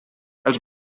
els